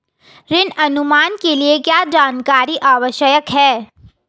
ऋण अनुमान के लिए क्या जानकारी आवश्यक है?